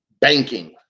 banking